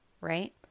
right